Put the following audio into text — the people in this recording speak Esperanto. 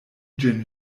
ĝin